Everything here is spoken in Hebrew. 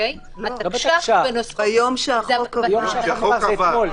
שהן במצב חירום מיוחד,